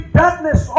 darkness